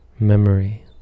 Memory